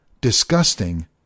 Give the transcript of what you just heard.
disgusting